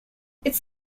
its